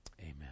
Amen